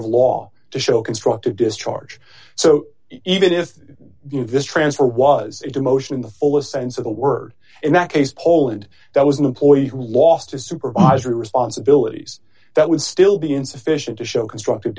of law to show constructive discharge so even if this transfer was a demotion in the fullest sense of the word in that case poland that was an employee who lost his supervisory responsibilities that would still be insufficient to show constructive